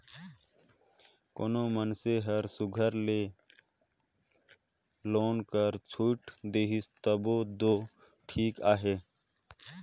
कोनो मइनसे हर सुग्घर ले लोन ल छुइट देहिस तब दो ठीक अहे